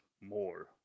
more